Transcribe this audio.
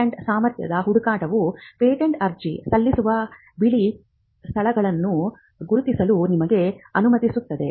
patent ಸಾಮರ್ಥ್ಯದ ಹುಡುಕಾಟವು patent ಅರ್ಜಿ ಸಲ್ಲಿಸುವ ಬಿಳಿ ಸ್ಥಳಗಳನ್ನು ಗುರುತಿಸಲು ನಿಮಗೆ ಅನುಮತಿಸುತ್ತದೆ